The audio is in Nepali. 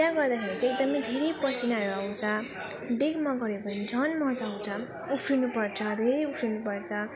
त्यहाँ गर्दाखेरि चाहिँ एकदम धेरै पसिनाहरू आउँछ डेकमा गऱ्यो भने झन् मजा आउँछ उफ्रिनु पर्छ धेरै उफ्रिनु पर्छ